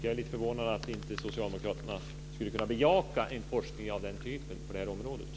Jag är lite förvånad att inte socialdemokraterna skulle kunna bejaka en forskning av den typen på området.